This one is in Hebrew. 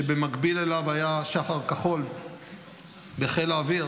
שבמקביל אליו היה שח"ר כחול בחיל האוויר